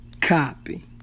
Copy